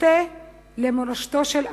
אחטא למורשתו של אבי,